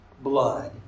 blood